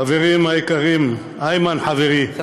חברים יקרים, איימן חברי, אני מבקש.